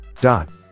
Dot